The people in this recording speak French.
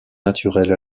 naturelles